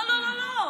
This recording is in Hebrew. לא לא לא.